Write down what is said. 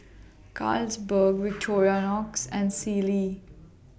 Carlsberg Victorinox and Sealy